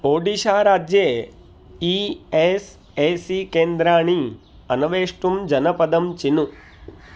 ओडिशाराज्ये E S I C केन्द्राणि अनवेष्टुं जनपदं चिनुत